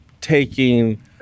taking